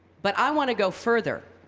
but i want to go further.